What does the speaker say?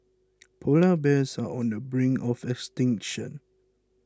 Polar Bears are on the brink of extinction